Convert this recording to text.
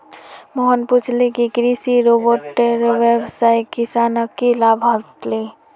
मोहन पूछले कि कृषि रोबोटेर वस्वासे किसानक की लाभ ह ले